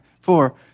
four